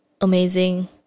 amazing